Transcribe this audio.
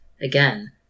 Again